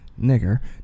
Nigger